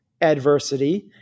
adversity